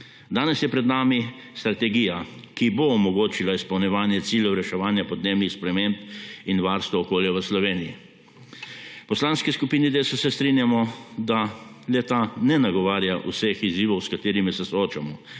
Danes je pred nami strategija, ki bo omogočila izpolnjevanje ciljev reševanja podnebnih sprememb in varstva okolja v Sloveniji. V Poslanski skupini Desus se strinjamo, da le-ta ne nagovarja vseh izzivov, s katerimi se soočamo,